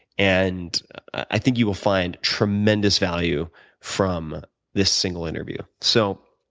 and i think you will find tremendous value from this single interview. so